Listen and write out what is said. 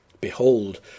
Behold